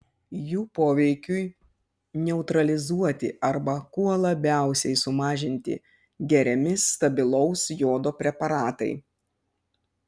jų poveikiui neutralizuoti arba kuo labiausiai sumažinti geriami stabilaus jodo preparatai